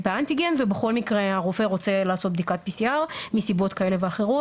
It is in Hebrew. ובכל מקרה הרופא רוצה לעשות בדיקת PCR מסיבות כאלה ואחרות.